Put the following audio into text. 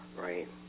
right